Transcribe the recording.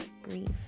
grief